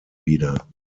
wieder